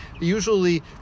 usually